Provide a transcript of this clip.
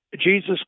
Jesus